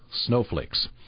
Snowflakes